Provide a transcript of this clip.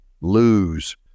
lose